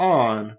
on